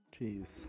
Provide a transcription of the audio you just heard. Jeez